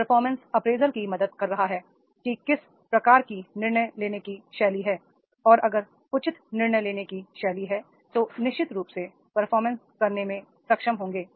performance appraisal भी मदद कर रहा है कि किस प्रकार की निर्णय लेने की शैली है और अगर उचित निर्णय लेने की शैली है तो निश्चित रूप से वे परफॉर्मेंस करने में सक्षम होंगे